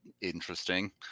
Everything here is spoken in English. interesting